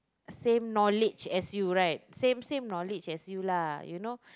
same knowledge as you right same same knowledge as you lah you know